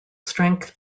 strength